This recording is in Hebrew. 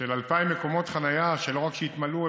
2,000 מקומות חניה שלא רק שהתמלאו,